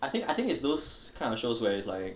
I think I think is those kind of shows where is like